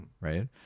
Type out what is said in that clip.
Right